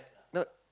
no